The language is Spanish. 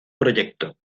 proyecto